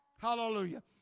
Hallelujah